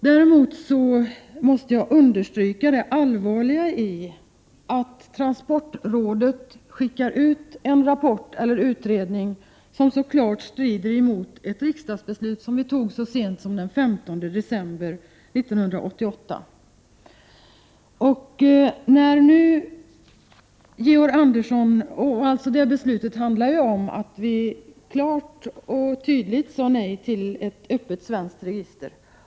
Däremot måste jag understryka allvaret i att transportrådet skickar ut en rapport eller en utredning som klart strider mot ett riksdagsbeslut som togs så sent som den 15 december 1988. Det beslutet handlade ju om att vi klart och tydligt sade nej till ett öppet svenskt register.